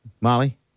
Molly